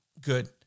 Good